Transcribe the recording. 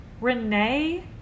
Renee